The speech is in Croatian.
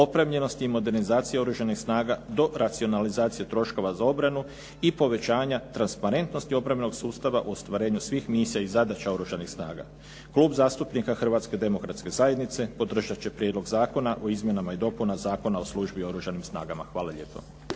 opremljenosti i modernizacija Oružanih snaga do racionalizacije troškova za obranu i povećanja transparentnosti obrambenog sustava u ostvarenju svih misija i zadaća Oružanih snaga. Klub zastupnika Hrvatske demokratske zajednice podržati će Prijedlog zakona o izmjenama i dopunama Zakona o službi u Oružanim snagama. Hvala lijepo.